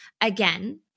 Again